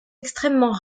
extrêmement